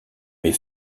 met